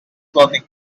clothing